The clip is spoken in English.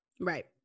Right